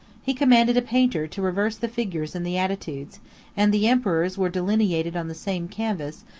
he commanded a painter to reverse the figures and the attitudes and the emperors were delineated on the same canvas,